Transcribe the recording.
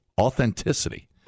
authenticity